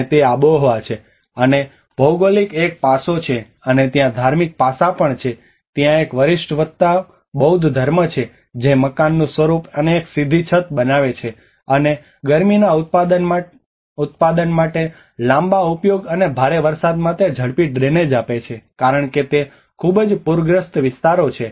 અને તે આબોહવા છે અને ભૌગોલિક એક પાસો છે અને ત્યાં ધાર્મિક પાસા પણ છે ત્યાં એક વરિષ્ઠ વત્તા બૌદ્ધ ધર્મ છે જે મકાનનું સ્વરૂપ અને એક સીધી છત બનાવે છે અને ગરમીના ઉત્પાદન માટે લાંબા ઉપયોગ અને ભારે વરસાદ માટે ઝડપી ડ્રેનેજ આપે છે કારણ કે તે ખૂબ જ પૂરગ્રસ્ત વિસ્તારો છે